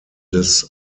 des